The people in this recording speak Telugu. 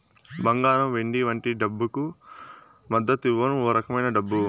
బంగారం వెండి వంటి డబ్బుకు మద్దతివ్వం ఓ రకమైన డబ్బు